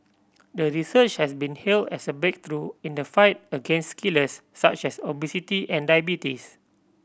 the research has been hailed as a breakthrough in the fight against killers such as obesity and diabetes